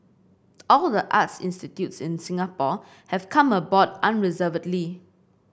all the arts institutes in Singapore have come aboard unreservedly